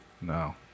No